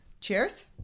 cheers